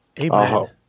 Amen